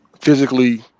physically